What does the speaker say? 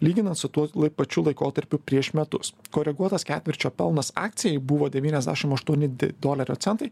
lyginant su tuo pačių laikotarpiu prieš metus koreguotas ketvirčio pelnas akcijai buvo devyniasdešim aštuoni do dolerio centai